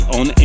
on